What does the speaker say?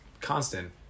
constant